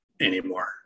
anymore